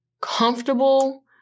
comfortable